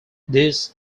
this